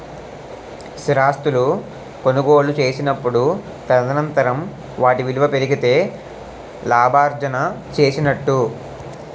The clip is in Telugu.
స్థిరాస్తులు కొనుగోలు చేసినప్పుడు తదనంతరం వాటి విలువ పెరిగితే లాభార్జన చేసినట్టు